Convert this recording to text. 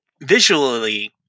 visually